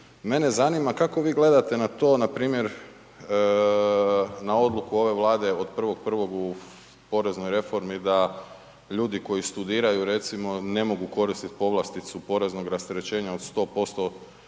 Mene zanima kako vi gledate na to npr. na odluku ove Vlade od 1.1. u Poreznoj reformi da ljudi koji studiraju recimo ne mogu koristiti povlasticu poreznog rasterećenja od 100%